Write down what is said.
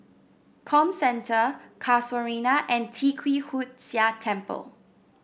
Comcentre Casuarina and Tee Kwee Hood Sia Temple